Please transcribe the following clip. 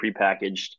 prepackaged